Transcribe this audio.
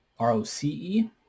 ROCE